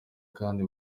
kandi